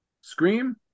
scream